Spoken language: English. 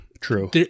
true